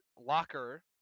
locker